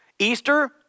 Easter